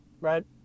right